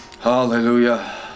Hallelujah